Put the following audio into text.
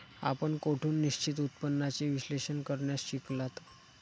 आपण कोठून निश्चित उत्पन्नाचे विश्लेषण करण्यास शिकलात?